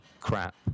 crap